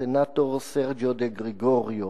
הסנטור סרג'יו דה גרגוריו.